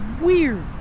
weird